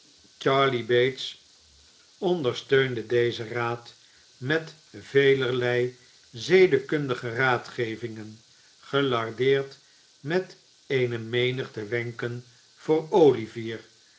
charley bates ondersteunde dezen raad met velerlei zedekundige raadgevingen gelardeerd met eene menigte wenken voor olivier